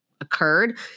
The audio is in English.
occurred